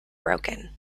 broken